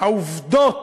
העובדות